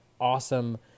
awesome